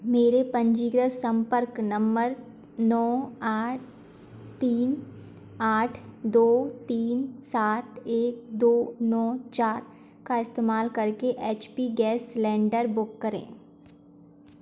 मेरे पंजीकृत सम्पर्क नम्बर नौ आठ तीन आठ दो तीन सात एक दो नौ चार का इस्तेमाल करके H P gas cylinder book करें